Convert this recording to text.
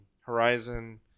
Horizon